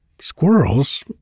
squirrels